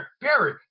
Barry